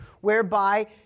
whereby